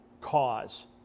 cause